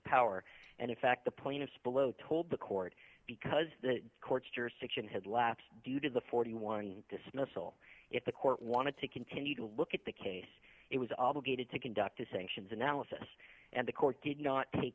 power and in fact the plaintiffs below told the court because the court's jurisdiction had lapsed due to the forty one dismissal if the court wanted to continue to look at the case it was obligated to conduct a sanctions analysis and the court did not take